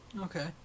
Okay